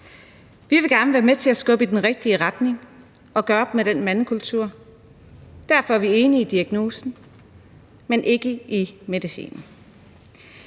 Vi vil gerne være med til at skubbe i den rigtige retning og gøre op med den mandekultur, der er, og derfor er vi enige i diagnosen, men ikke i medicinen.